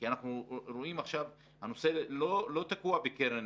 כי אנחנו רואים עכשיו שהנושא לא תקוע בקרן